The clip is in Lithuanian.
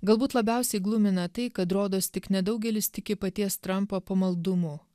galbūt labiausiai glumina tai kad rodos tik nedaugelis tiki paties trumpo pamaldumu